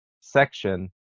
section